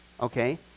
okay